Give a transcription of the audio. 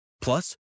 Plus